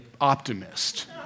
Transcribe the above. optimist